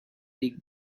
dig